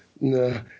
no